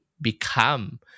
become